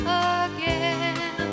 again